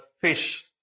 fish